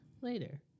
later